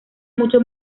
mucho